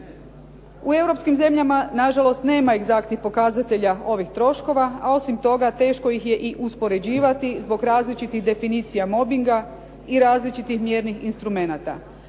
U europskim zemljama nažalost nema egzaktnih pokazatelja ovih troškova, a osim toga teško ih je i uspoređivati zbog različitih definicija mobinga i različitih mjernih instrumenata.